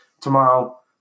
Tomorrow